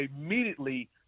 immediately